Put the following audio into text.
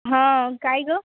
हां काय गं